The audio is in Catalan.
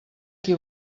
qui